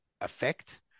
effect